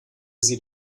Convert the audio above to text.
sie